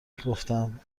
گفتم